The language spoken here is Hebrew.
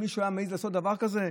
מישהו היה מעז לעשות דבר כזה?